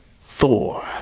Thor